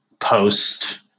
post